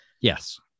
Yes